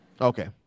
Okay